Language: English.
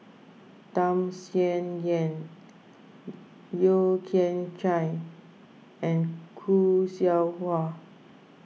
Tham Sien Yen Yeo Kian Chai and Khoo Seow Hwa